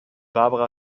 barbara